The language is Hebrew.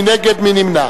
מי נגד?